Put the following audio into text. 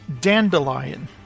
Dandelion